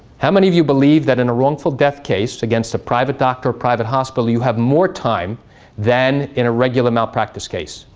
how many of you believe that in a wrongful death case against a private doctor or private hospital you have more time than in a regular malpractice case?